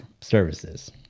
services